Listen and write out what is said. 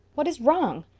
what is wrong?